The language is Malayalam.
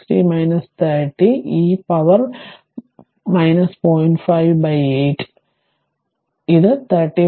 5 by 8 അതിനാൽ ഇത് 31